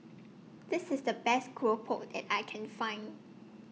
This IS The Best Keropok that I Can Find